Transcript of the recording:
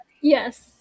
yes